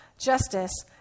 justice